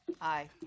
Aye